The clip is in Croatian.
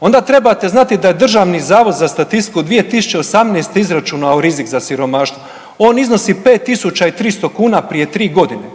onda trebati znati da je Državni zavod za statistiku 2018. izračunao rizik za siromaštvo. On iznosi 5300 kuna prije 3 godine.